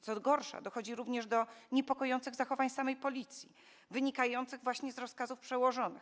Co gorsza, dochodzi również do niepokojących zachowań samej policji, wynikających właśnie z rozkazów przełożonych.